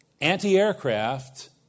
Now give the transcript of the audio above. anti-aircraft